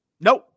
Nope